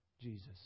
Jesus